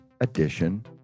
edition